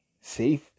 safe